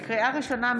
לקריאה ראשונה,